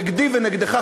נגדי ונגדך,